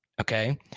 Okay